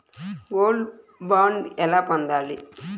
Gold bond ఎలా పొందాలి?